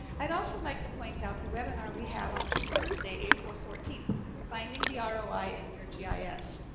i'd also like to point out the webinar we have on thursday, april fourteen finding the ah roi in your gis.